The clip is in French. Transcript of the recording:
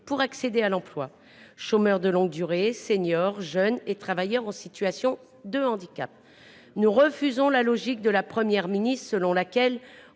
pour accéder à l’emploi – chômeurs de longue durée, seniors, jeunes et travailleurs en situation de handicap. Nous refusons la logique de la Première ministre, qui